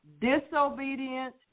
disobedient